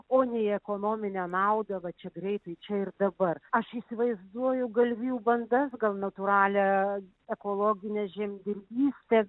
o ne į ekonominę naudą va čia greitai čia ir dabar aš įsivaizduoju galvijų bandas gal natūralią ekologinę žemdirbystę